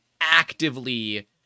actively